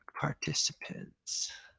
participants